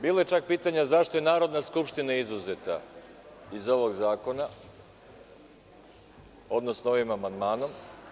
Bilo je čak pitanja – zašto je Narodna skupština izuzeta iz ovog zakona, odnosno ovim amandmanom.